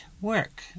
work